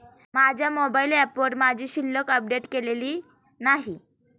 माझ्या मोबाइल ऍपवर माझी शिल्लक अपडेट केलेली नाही